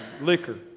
liquor